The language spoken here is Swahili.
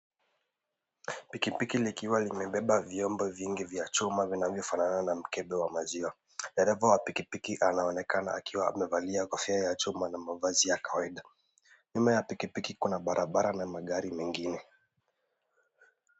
Pikipiki likiwa limebeba vyombo vingi vya chuma vinavyofanana na mkebe wa maziwa. Dereva wa pikipiki anaonekana akiwa amevalia kofia ya chuma na mavazi ya kawaida. Nyuma ya pikipiki kuna barabara na magari mengine.